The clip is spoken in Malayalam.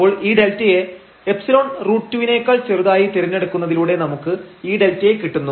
അപ്പോൾ ഈ δ യെ ϵ√2 വിനെക്കാൾ ചെറുതായി തിരഞ്ഞെടുക്കുന്നതിലൂടെ നമുക്ക് ഈ δ യെ കിട്ടുന്നു